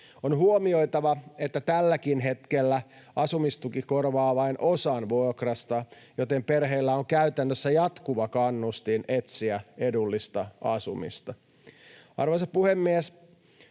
On huomioitava, että tälläkin hetkellä asumistuki korvaa vain osan vuokrasta, joten perheillä on käytännössä jatkuva kannustin etsiä edullista asumista. Arvoisa puhemies!